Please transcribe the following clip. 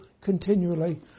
continually